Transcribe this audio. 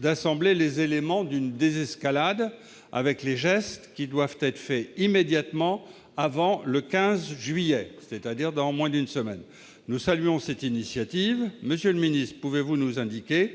d'« assembler les éléments d'une désescalade, avec des gestes qui doivent être faits immédiatement avant le 15 juillet », soit dans moins d'une semaine. Nous saluons cette initiative. Monsieur le ministre, pouvez-vous nous indiquer